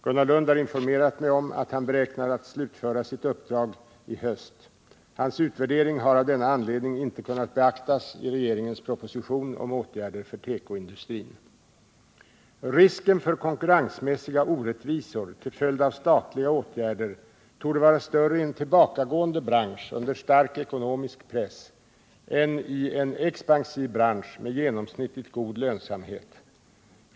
Gunnar Lund har informerat mig om att han beräknar slutföra sitt uppdrag i höst. Hans utvärdering har av denna anledning inte kunnat beaktas i regeringens proposition om åtgärder för tekoindustrin . Risken för konkurrensmässiga orättvisor till följd av statliga åtgärder torde vara större i en tillbakagående bransch under stark ekonomisk press än i en expansiv bransch med genomsnittligt god lönsamhet.